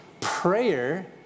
Prayer